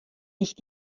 nicht